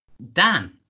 Dan